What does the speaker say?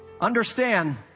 understand